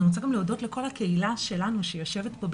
אני רוצה גם להודות לכל הקהילה שלנו שיושבת פה.